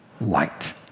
light